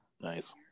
Nice